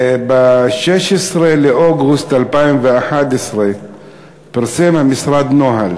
ב-16 באוגוסט 2011 פרסם המשרד נוהל